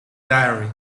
diary